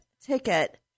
ticket